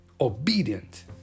obedient